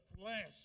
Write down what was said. flesh